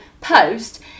post